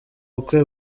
bukwe